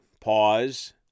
Pause